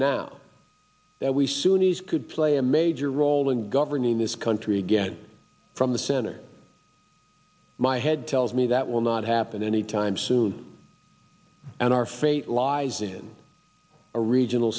sunni's could play a major role in governing this country again from the center my head tells me that will not happen anytime soon and our fate lies in a regional